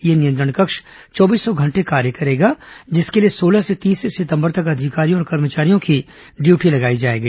यह नियंत्रण कक्ष चौबीसों घंटे कार्य करेगा जिसके लिए सोलह से तीस सितंबर तक अधिकारियों और कर्मचारियों की ड्यूटी लगाई गई है